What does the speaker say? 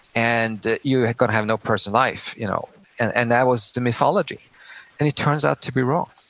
and you gotta have no personal life. you know and and that was the mythology. and it turns out to be wrong